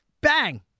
bang